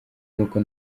n’uko